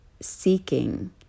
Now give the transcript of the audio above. seeking